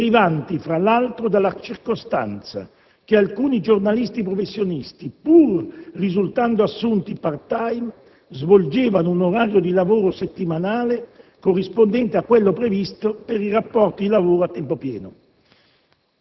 derivanti, fra l'altro, dalla circostanza che alcuni giornalisti professionisti, pur risultando assunti *part-time*, svolgevano un orario di lavoro settimanale corrispondente a quello previsto per i rapporti di lavoro a tempo pieno.